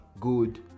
good